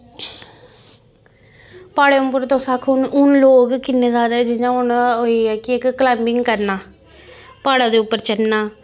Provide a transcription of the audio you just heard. प्हाड़ें उप्पर तुस आक्खो हून हून लोग किन्ने जादा जियां हून होई इक क्लाइबिंग करना प्हाड़ा दे उप्पर चढ़ना